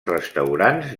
restaurants